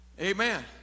Amen